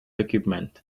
equipment